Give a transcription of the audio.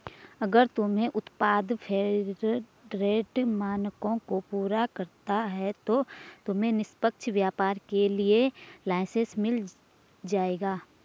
अगर तुम्हारे उत्पाद फेयरट्रेड मानकों को पूरा करता है तो तुम्हें निष्पक्ष व्यापार के लिए लाइसेन्स मिल जाएगा